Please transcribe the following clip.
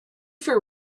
for